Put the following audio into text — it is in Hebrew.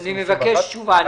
אני מבקש תשובה.